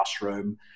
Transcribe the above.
classroom